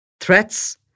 Threats